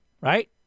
right